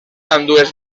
ambdues